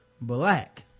black